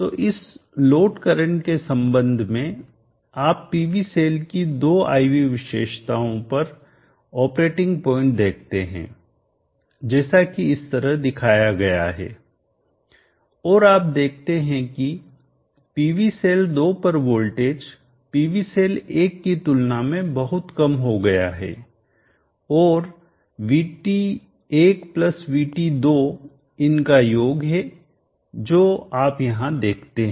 तो इस load current के संबंध में आप पीवी सेल की दो I V विशेषताओं पर ऑपरेटिंग पॉइंट देखते हैं जैसा कि इस तरह दिखाया गया है और आप देखते हैं कि पीवी सेल 2 पर वोल्टेज पीवी सेल 1 की तुलना में बहुत कम हो गया है और VT1VT2 इनका योग है जो आप यहां देखते हैं